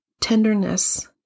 tenderness